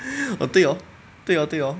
orh 对 hor 对 hor 对 hor